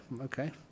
okay